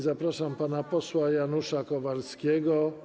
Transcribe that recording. Zapraszam pana posła Janusza Kowalskiego.